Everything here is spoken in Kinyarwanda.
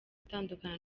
gutandukana